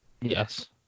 yes